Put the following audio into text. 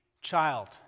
child